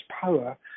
power